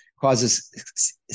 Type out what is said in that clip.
causes